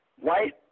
white